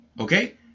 Okay